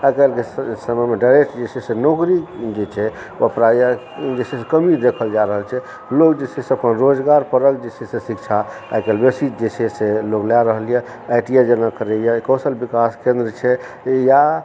आइ काल्हिके समयमे डायरेक्ट जे छै से नौकरी जे छै ओ प्रायः जे छै से कमी देखल जा रहल छै लोक जे छै से अपन रोजगार परक जे छै से शिक्षा आइ काल्हि बेसी जे छै से लए रहल यऽ आइ टी आइ जेना करैयै कौशल विकास केन्द्र छै या